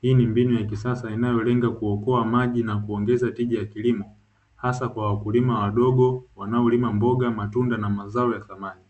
hii ni mbinu ya kisasa inayolenga kuokoa maji na kuongeza tija ya kilimo, hasa kwa wakulima wadogo wanaolima mboga, matunda na mazao ya thamani.